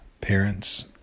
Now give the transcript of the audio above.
parents